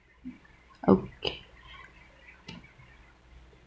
okay